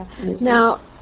Now